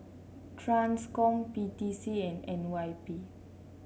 Transcom P T C and N Y P